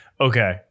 Okay